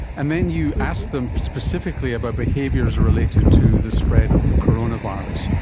and then you asked them specifically about behaviours related to the spread of the coronavirus.